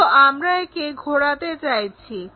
কিন্তু আমরা একে ঘোরাতে চাইছি